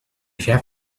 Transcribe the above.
have